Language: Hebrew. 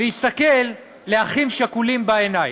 להסתכל לאחים שכולים בעיניים,